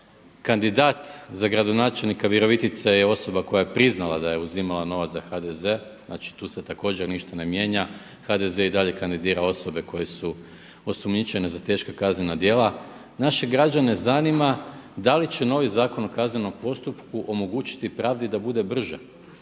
Kandidat za gradonačelnika Virovitice je osoba koja je priznala da je uzimala novac za HDZ, znači tu se također ništa ne mijenja, HDZ i dalje kandidira osobe koje su osumnjičene za teška kaznena djela, naše građane zanima da li će novi Zakon o kaznenom postupku omogućiti pravdi da bude brža,